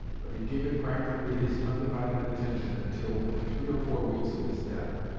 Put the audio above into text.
but he gave it practically his undivided attention until within three or four weeks of his death.